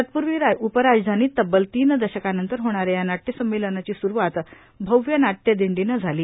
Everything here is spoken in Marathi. तत्पूर्वी उपराजधानीत तब्बल तीन दशकानंतर होणा या या नाटय संमेलनाची स्रूवात भव्य नाटयदिंडीनं झाली